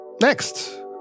Next